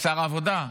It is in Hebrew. שר העבודה?